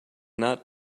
not